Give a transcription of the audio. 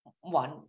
one